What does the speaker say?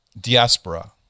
diaspora